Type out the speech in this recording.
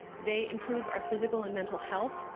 they improve our physical and mental health,